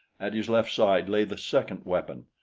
at his left side lay the second weapon.